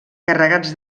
carregats